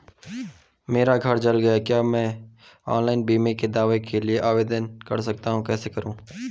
मेरा घर जल गया है क्या मैं ऑनलाइन बीमे के दावे के लिए आवेदन कर सकता हूँ कैसे करूँ?